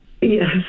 Yes